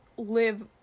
live